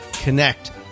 connect